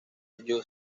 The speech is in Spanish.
you